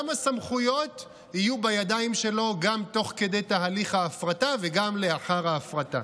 גם הסמכויות יהיו בידיים שלו גם תוך כדי תהליך ההפרטה וגם לאחר ההפרטה.